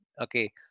Okay